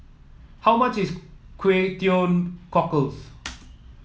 how much is Kway Teow Cockles